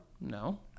No